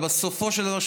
אבל בסופו של דבר,